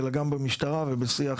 אלא גם במשטרה ובשיח